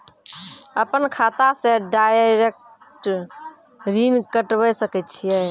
अपन खाता से डायरेक्ट ऋण कटबे सके छियै?